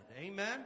amen